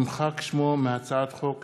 נמחק שמו מהצעות חוק